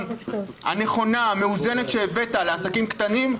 הנכונה והמאוזנת שהבאת לעסקים קטנים,